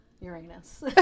Uranus